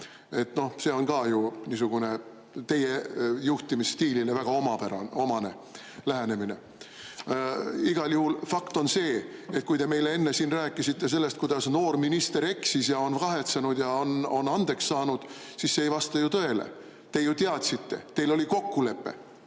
see on ka ju niisugune teie juhtimisstiilile väga omane lähenemine. Igal juhul fakt on see, et kui te meile enne rääkisite sellest, kuidas noor minister eksis ja on kahetsenud ja on andeks saanud, siis see ei vasta ju tõele. Te ju teadsite, teil oli kokkulepe,